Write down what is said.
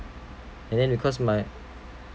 and then because my